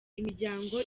imiryango